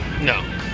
No